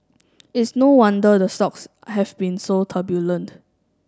it is no wonder the stocks have been so turbulent